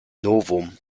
novum